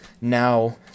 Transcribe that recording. now